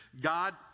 God